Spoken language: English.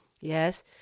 Yes